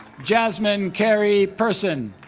jasmine carey person